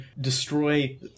destroy